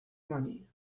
money